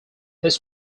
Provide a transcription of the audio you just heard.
his